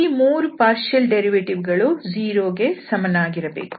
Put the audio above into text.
ಈ 3 ಭಾಗಶಃ ಉತ್ಪನ್ನ ಗಳು 0 ಗೆ ಸಮನಾಗಿರಬೇಕು